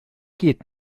geht